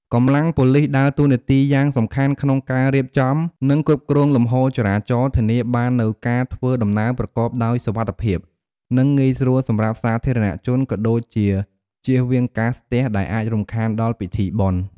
កម្លាំងប៉ូលិសដើរតួនាទីយ៉ាងសំខាន់ក្នុងការរៀបចំ និងគ្រប់គ្រងលំហូរចរាចរណ៍ ធានាបាននូវការធ្វើដំណើរប្រកបដោយសុវត្ថិភាព និងងាយស្រួលសម្រាប់សាធារណជន ក៏ដូចជាជៀសវាងការស្ទះដែលអាចរំខានដល់ពិធីបុណ្យ។